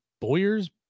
Boyer's